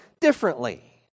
differently